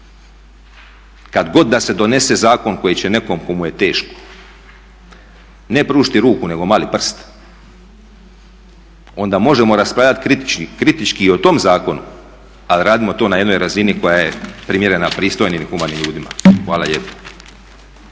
kad god da se donese zakon koji će nekome kome je teško, ne pružiti ruku nego mali prst, onda možemo raspravljati kritički o tom zakonu ali radimo to na jednoj razini koja je primjerena pristojnim humanim ljudima. Hvala lijepo.